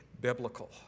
biblical